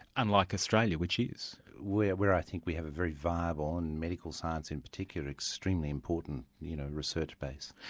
unlike australia, which is. where where i think we have a very viable in medical science in particular an extremely important you know research base.